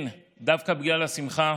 כן, דווקא בגלל השמחה,